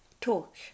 talk